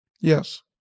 Yes